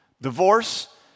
Divorce